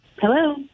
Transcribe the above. Hello